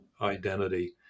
identity